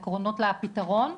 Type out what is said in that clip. העקרונות לפתרון.